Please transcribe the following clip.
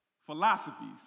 philosophies